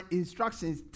instructions